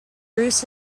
bruce